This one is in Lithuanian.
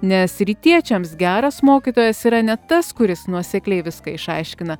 nes rytiečiams geras mokytojas yra ne tas kuris nuosekliai viską išaiškina